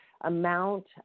amount